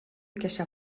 cacha